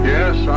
Yes